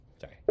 Sorry